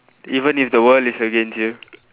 even if the world is against you